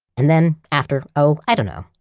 and then, after oh i don't know,